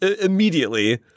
immediately